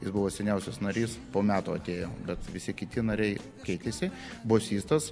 jis buvo seniausias narys po metų atėjo bet visi kiti nariai keitėsi bosistas